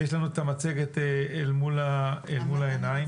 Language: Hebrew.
ויש לנו את המצגת מול העיניים.